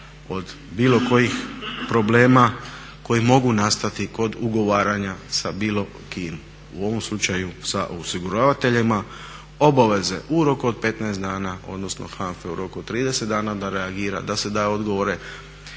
od bilo kojih problema koji mogu nastati kod ugovaranja sa bilo kim, u ovom slučaju sa osiguravateljima. Obaveze u roku od 15 dana, odnosno HANFA-e u roku od 30 dana da reagira, da se da odgovore.